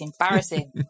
embarrassing